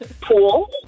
Pool